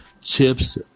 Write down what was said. chips